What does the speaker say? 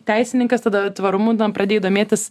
teisininkas tada tvarumu na pradėjai domėtis